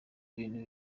ibintu